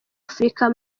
afrika